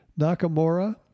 Nakamura